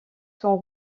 sont